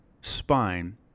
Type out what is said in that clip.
spine